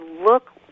look